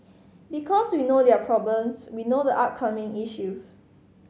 because we know their problems we know the upcoming issues